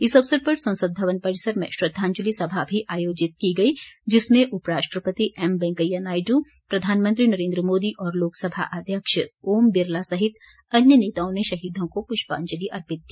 इस अवसर पर संसद भवन परिसर में श्रद्वांजलि सभा भी आयोजित की गई जिसमें उपराष्ट्रपति एम वेंकैया नायडू प्रधानमंत्री नरेंद्र मोदी और लोकसभा अध्यक्ष ओम बिरला सहित अन्य नेताओं ने शहीदों को पुष्पांजलि अर्पित की